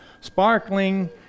sparkling